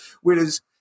Whereas